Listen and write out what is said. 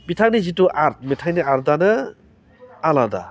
बिथांनि जिथु आर्ट मेथाइनि आर्टआनो आलादा